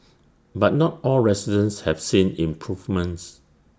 but not all residents have seen improvements